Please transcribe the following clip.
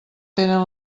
tenen